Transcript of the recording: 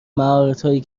مهارتهایی